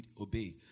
obey